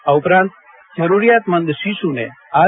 આ ઉપરાંત જરૂરિયાતમંદ શિશુને આર